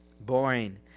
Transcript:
boring